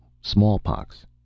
Smallpox